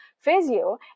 physio